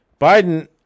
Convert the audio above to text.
Biden